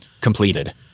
Completed